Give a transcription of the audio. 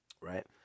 Right